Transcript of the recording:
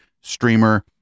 streamer